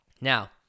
Now